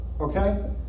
Okay